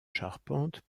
charpente